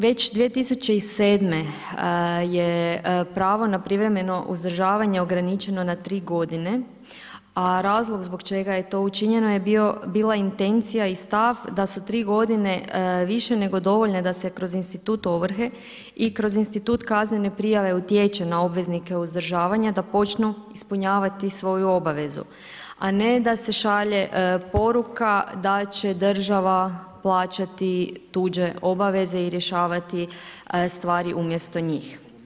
Već 2007. je pravo na privremeno uzdržavanje ograničeno na 3 godine, a razlog zbog čega je to učinjeno je bila intencija i stav da su 3 godine više nego dovoljne da se kroz institut ovrhe i kroz institut kaznene prijave utječe na obveznike uzdržavanja da počnu ispunjavati svoju obavezu, a ne da se šalje poruku da će država plaćati tuđe obaveze i rješavati stvari umjesto njih.